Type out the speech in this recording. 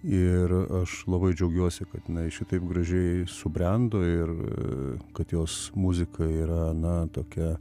ir aš labai džiaugiuosi kad jinai šitaip gražiai subrendo ir kad jos muzika yra na tokia